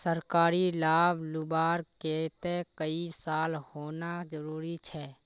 सरकारी लाभ लुबार केते कई साल होना जरूरी छे?